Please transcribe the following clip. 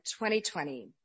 2020